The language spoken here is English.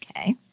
Okay